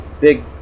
big